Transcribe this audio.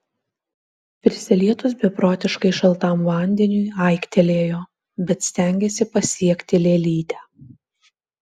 prisilietus beprotiškai šaltam vandeniui aiktelėjo bet stengėsi pasiekti lėlytę